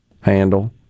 handle